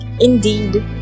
indeed